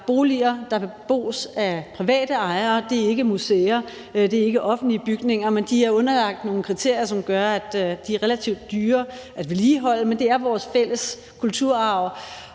boliger, der bebos af private ejere. Det er ikke museer, det er ikke offentlige bygninger, men de er underlagt nogle kriterier, som gør, at de er relativt dyre at vedligeholde, men det er vores fælles kulturarv,